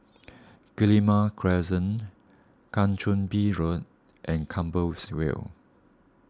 Guillemard Crescent Kang Choo Bin Road and Compassvale